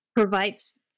provides